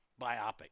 biopic